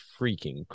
freaking